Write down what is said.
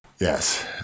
Yes